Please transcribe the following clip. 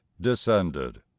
descended